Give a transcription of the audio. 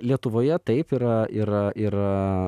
lietuvoje taip yra yra yra